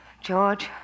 George